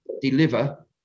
Deliver